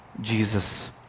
Jesus